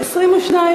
התשע"ד